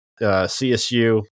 CSU